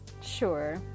sure